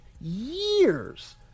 years